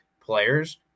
players